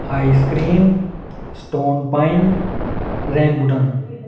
ice cream stone pine rambutan